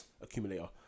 accumulator